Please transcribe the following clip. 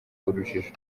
urujijo